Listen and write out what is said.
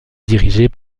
dirigés